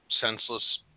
senseless